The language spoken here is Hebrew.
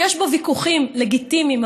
שיש בו ויכוחים לגיטימיים,